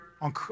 on